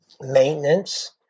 maintenance